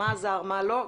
מה עזר ומה לא,